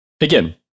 Again